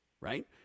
right